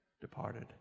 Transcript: departed